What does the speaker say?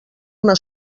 una